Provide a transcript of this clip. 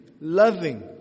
loving